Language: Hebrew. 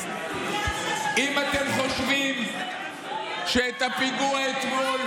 אם אתם חושבים שאת הפיגוע אתמול